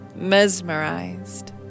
mesmerized